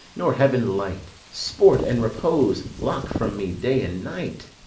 nor heaven light! sport and repose lock from me day and night!